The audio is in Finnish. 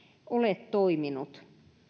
ole toiminut